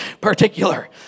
particular